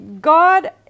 God